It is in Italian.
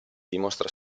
dimostra